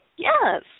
Yes